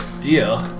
deal